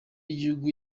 y’igihugu